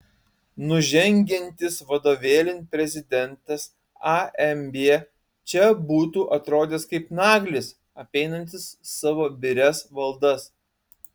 nužengiantis vadovėlin prezidentas amb čia būtų atrodęs kaip naglis apeinantis savo birias valdas